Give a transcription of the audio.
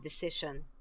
decision